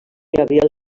gabriel